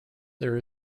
there